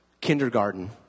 kindergarten